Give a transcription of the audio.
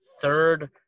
third